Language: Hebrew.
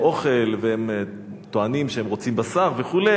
אוכל והם טוענים שהם רוצים בשר וכו',